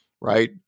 right –